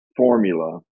Formula